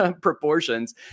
proportions